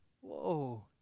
whoa